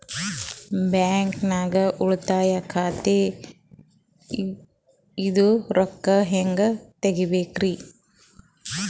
ಬ್ಯಾಂಕ್ದಾಗ ಉಳಿತಾಯ ಖಾತೆ ಇಂದ್ ರೊಕ್ಕ ಹೆಂಗ್ ತಗಿಬೇಕ್ರಿ?